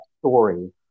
story